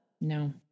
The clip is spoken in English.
No